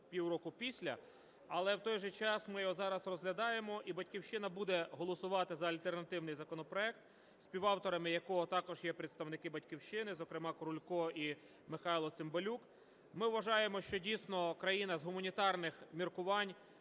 пів року після. Але, в той же час, ми його зараз розглядаємо, і "Батьківщина" буде голосувати за альтернативний законопроект, співавторами якого також є представники "Батьківщини", зокрема Крулько і Михайло Цимбалюк. Ми вважаємо, що дійсно країна з гуманітарних міркувань